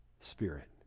spirit